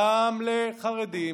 גם לחרדים